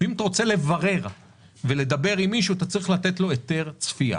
ואם אתה רוצה לברר ולדבר עם מישהו אתה צריך לתת לו היתר צפייה.